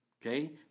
Okay